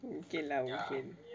okay lah ya